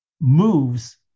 moves